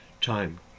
time